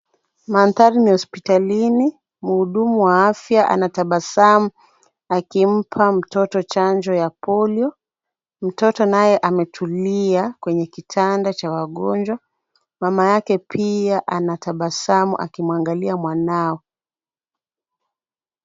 Mandhari ni ya hospitalini. Mhudumu wa afya anatabasamu akimpa mtoto chanjo ya polio. Mtoto naye ametulia kwenye kitanda cha wagonjwa. Mama yake pia anatabasamu akimwangalia mwanao.